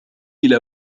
إلى